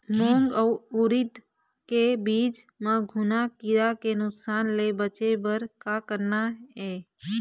मूंग अउ उरीद के बीज म घुना किरा के नुकसान ले बचे बर का करना ये?